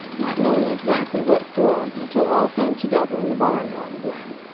not knowing exactly what for until all came together in the barnyard again.